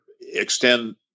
extend